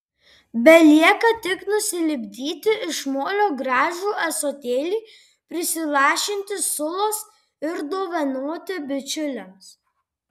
belieka tik nusilipdyti iš molio gražų ąsotėlį prisilašinti sulos ir dovanoti bičiuliams